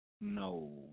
No